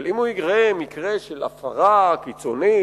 אבל אם הוא יראה מקרה של הפרה קיצונית,